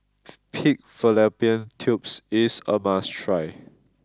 Pig Fallopian Tubes is a must try